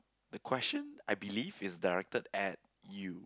the question I believe is directed at you